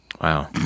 Wow